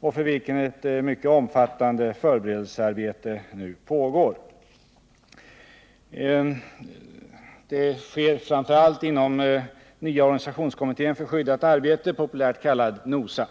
och för vilken ett mycket omfattande förberedelsearbete nu pågår. Det sker framför allt inom Nya organisationskommittén för skyddat arbete — populärt kallat NOSA.